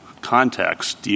context